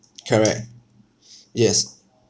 correct yes